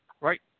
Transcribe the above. Right